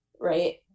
Right